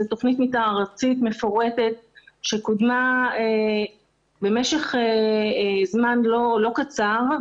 זו תוכנית מתאר ארצית מפורטת שקודמה במשך זמן לא קצר,